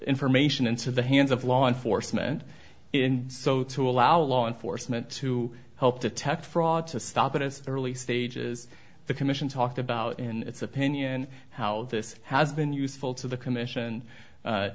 information into the hands of law enforcement in so to allow law enforcement to help detect fraud to stop it as early stages the commission talked about in its opinion how this has been useful to the commission